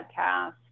podcast